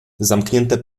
zamknięte